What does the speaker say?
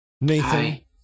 Nathan